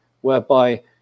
whereby